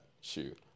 Shoot